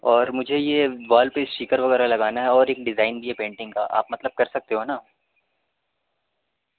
اور مجھے یہ وال پہ اسٹیکر وغیرہ لگانا ہے اور ایک ڈیزائن بھی ہے پینٹنگ کا آپ مطلب کر سکتے ہو نا